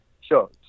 Sure